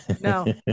No